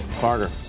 Carter